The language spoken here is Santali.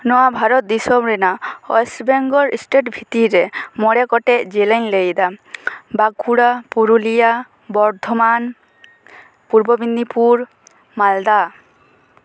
ᱱᱚᱶᱟ ᱵᱷᱟᱨᱚᱛ ᱫᱤᱥᱚᱢ ᱨᱮᱱᱟᱜ ᱚᱭᱮᱴ ᱵᱮᱝᱜᱚᱞ ᱮᱥᱴᱮᱴ ᱵᱷᱤᱛᱤᱨ ᱨᱮ ᱢᱚᱬᱮ ᱜᱚᱴᱮᱡ ᱡᱮᱞᱟᱹᱧ ᱞᱟᱹᱭᱮᱫᱟ ᱵᱟᱠᱩᱲᱟ ᱯᱩᱨᱩᱞᱤᱭᱟ ᱵᱚᱨᱫᱷᱚᱢᱟᱱ ᱯᱩᱨᱵᱚ ᱢᱮᱫᱱᱤᱯᱩᱨ ᱢᱟᱞᱫᱟ